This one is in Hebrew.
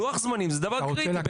לוח זמנים זה דבר קריטי,